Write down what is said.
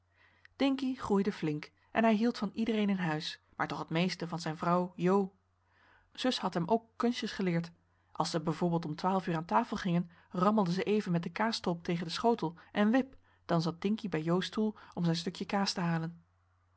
dinkie groeide flink en hij hield van iedereen in huis maar toch t meeste van zijn vrouw jo zus had hem ook kunstjes geleerd als zij bijvoorbeeld om twaalf uur aan tafel gingen rammelde zij even met den kaasstolp tegen den schotel en wip dan zat dinkie bij jo's stoel om zijn stukje kaas te halen